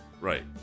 right